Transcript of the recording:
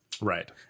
Right